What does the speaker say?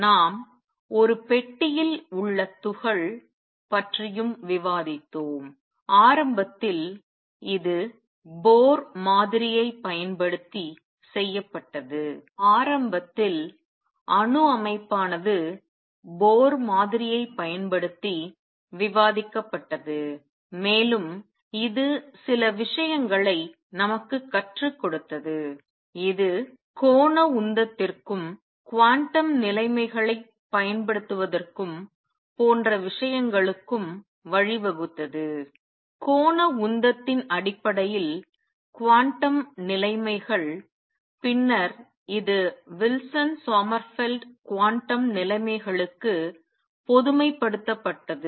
நாம் ஒரு பெட்டியில் உள்ள துகள் பற்றியும் விவாதித்தோம் ஆரம்பத்தில் இது போர் மாதிரியைப் பயன்படுத்தி செய்யப்பட்டது ஆரம்பத்தில் அணு அமைப்பானது போர் மாதிரியைப் பயன்படுத்தி விவாதிக்கப்பட்டது மேலும் இது சில விஷயங்களை நமக்குக் கற்றுக் கொடுத்தது இது கோண உந்தத்திற்கும் குவாண்டம் நிலைமைகளைப் பயன்படுத்துவதற்கும் போன்ற விஷயங்களுக்கும் வழிவகுத்தது கோண உந்தத்தின் அடிப்படையில் குவாண்டம் நிலைமைகள் பின்னர் இது வில்சன் சோமர்ஃபெல்ட் குவாண்டம் நிலைமைகளுக்கு பொதுமைப்படுத்தப்பட்டது